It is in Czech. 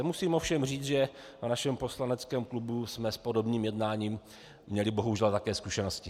Musím ovšem říci, že na našem poslaneckém klubu jsme s podobným jednáním měli bohužel také zkušenosti.